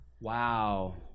Wow